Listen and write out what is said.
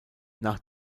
nach